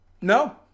no